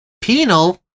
Penal